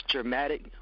Dramatic